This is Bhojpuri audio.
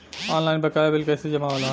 ऑनलाइन बकाया बिल कैसे जमा होला?